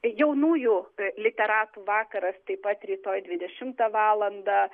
jaunųjų literatų vakaras taip pat rytoj dvidešimtą valandą